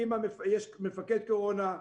יש מפקד קורונה,